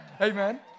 Amen